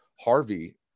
Harvey